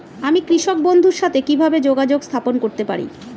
আমি কৃষক বন্ধুর সাথে কিভাবে যোগাযোগ স্থাপন করতে পারি?